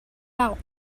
out